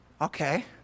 okay